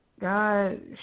God